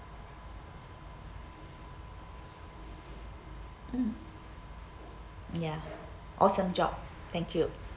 mm ya awesome job thank you